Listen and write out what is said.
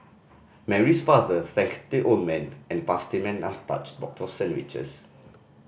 Mary's father thanked the old man and passed him an untouched box of sandwiches